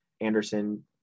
Anderson